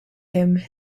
him